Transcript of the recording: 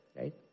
right